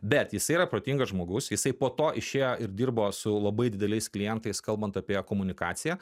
bet jis yra protingas žmogus jisai po to išėjo ir dirbo su labai dideliais klientais kalbant apie komunikaciją